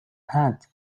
heart